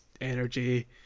energy